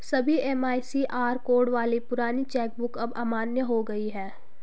सभी MICR code वाली पुरानी चेक बुक अब अमान्य हो गयी है